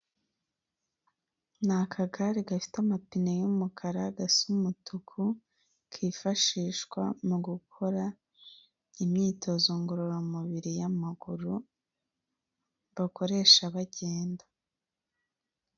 Ni akagare gafite amapine y'umukara gasa umutuku kifashishwa mu gukora imyitozo ngororamubiri y'amaguru bakoresha bagenda.